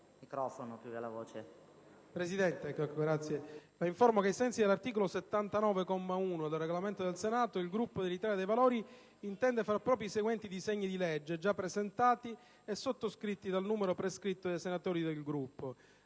Presidente, la informo che, in sensi dell'articolo 79, comma 1, del Regolamento del Senato, il Gruppo dell'Italia dei Valori intende far propri i seguenti disegni di legge, già presentati e sottoscritti dal prescritto numero di senatori del Gruppo: